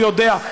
הוא יודע,